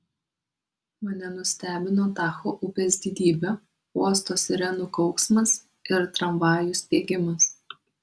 mane nustebino tacho upės didybė uosto sirenų kauksmas ir tramvajų spiegimas